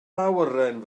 awyren